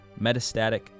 metastatic